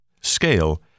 scale